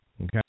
Okay